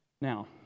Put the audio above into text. Now